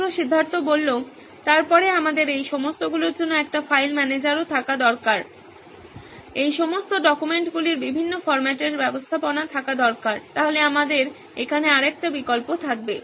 ছাত্র সিদ্ধার্থ তারপরে আমাদের এই সমস্তগুলির জন্য একটি ফাইল ম্যানেজারও থাকা দরকার এই সমস্ত ডকুমেন্টগুলির বিভিন্ন ফর্ম্যাটের ব্যবস্থাপনা থাকা দরকার তাহলে আমাদের এখানে আরেকটি বিকল্প থাকবে